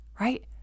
Right